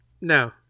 No